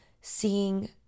seeing